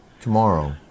tomorrow